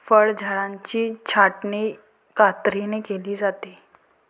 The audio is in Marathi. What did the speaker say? फळझाडांची छाटणी कात्रीने केली जाते